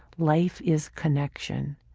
life is connection,